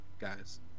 guys